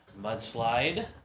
mudslide